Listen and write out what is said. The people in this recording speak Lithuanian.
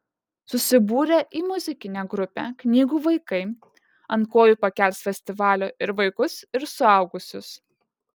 susibūrę į muzikinę grupę knygų vaikai ant kojų pakels festivalio ir vaikus ir suaugusius